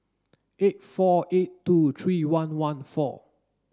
eight four eight two three one one four